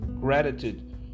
gratitude